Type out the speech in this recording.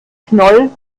knoll